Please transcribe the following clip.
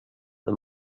the